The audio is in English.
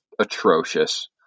atrocious